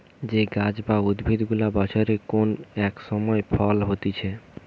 যে গাছ বা উদ্ভিদ গুলা বছরের কোন এক সময় ফল হতিছে